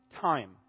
time